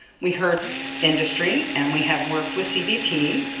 we heard industry and we have worked with cbp,